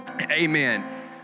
amen